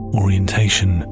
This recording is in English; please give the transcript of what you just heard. orientation